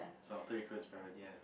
so after you request private ya